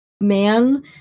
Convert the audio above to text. man